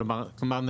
כלומר,